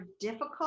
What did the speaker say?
difficult